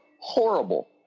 horrible